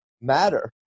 matter